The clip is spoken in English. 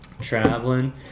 Traveling